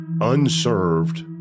unserved